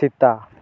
ᱥᱮᱛᱟ